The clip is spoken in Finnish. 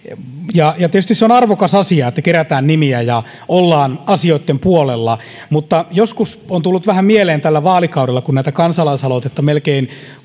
tietysti se on arvokas asia että kerätään nimiä ja ollaan asioitten puolella mutta joskus on tullut vähän mieleen tällä vaalikaudella kun näitä kansalaisaloitteita melkein